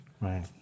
right